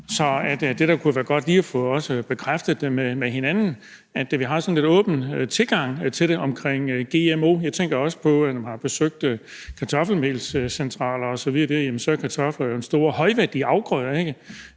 Så det, der kunne være godt også lige at få bekræftet med hinanden, er, at vi har sådan en lidt åben tilgang til det omkring gmo. Jeg tænker også på, at når man har besøgt kartoffelmelscentraler osv., ved man, alt kartofler jo er en højværdiafgrøde.